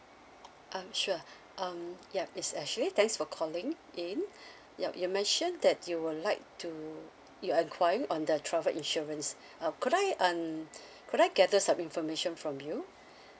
um sure um yup it's ashley thanks for calling in yup you mention that you would like to you're enquiring on that travel insurance uh could I um could I gather some information from you